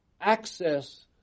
access